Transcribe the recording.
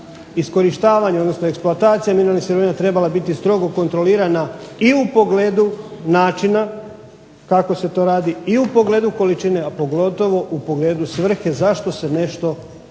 i u pogledu načina kako se to radi, i u pogledu količine, a pogotovo u pogledu svrhe zašto se nešto koristi,